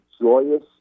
joyous